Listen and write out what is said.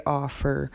offer